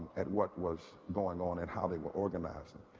at what was going on and how they were organizing.